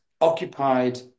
occupied